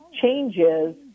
changes